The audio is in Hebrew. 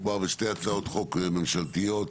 יש פה שתי הצעות חוק ממשלתיות,